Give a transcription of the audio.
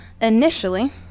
initially